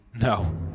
No